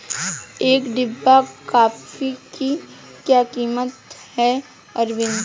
एक डिब्बा कॉफी की क्या कीमत है अरविंद?